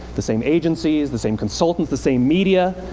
the same agencies, the same consultants, the same media.